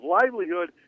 livelihood